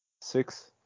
six